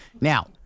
Now